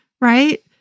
right